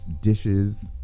dishes